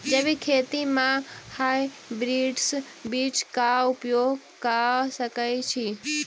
जैविक खेती म हायब्रिडस बीज कऽ उपयोग कऽ सकैय छी?